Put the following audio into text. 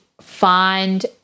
find